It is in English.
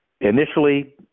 initially